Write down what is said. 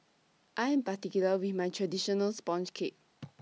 I Am particular with My Traditional Sponge Cake